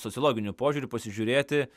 sociologiniu požiūriu pasižiūrėti